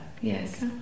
yes